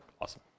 Awesome